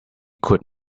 could